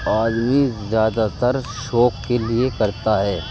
آدمی زیادہ تر شوق کے لیے کرتا ہے